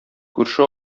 күрше